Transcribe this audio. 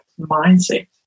mindset